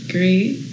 Great